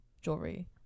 jewelry